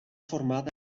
formada